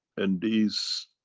and these,